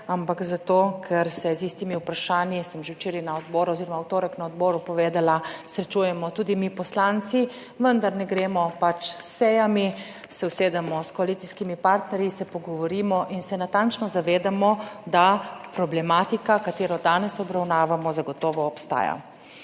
ampak zato, ker se z istimi vprašanji sem že včeraj na odboru oziroma v torek na odboru povedala, srečujemo tudi mi poslanci, vendar ne gremo pač s sejami, se usedemo s koalicijskimi partnerji, se pogovorimo in se natančno zavedamo, da problematika, katero danes obravnavamo, zagotovo obstaja.